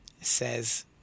says